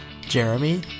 Jeremy